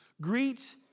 greet